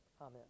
Amen